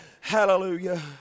hallelujah